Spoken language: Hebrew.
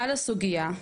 על הסוגיה.